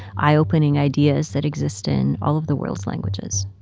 eye-opening ideas that exist in all of the world's languages.